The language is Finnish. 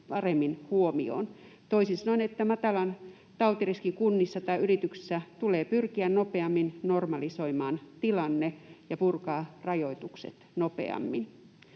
suhteen, toisin sanoen matalan tautiriskin kunnissa tai yrityksissä tulee pyrkiä nopeammin normalisoimaan tilanne ja purkaa rajoitukset nopeammin.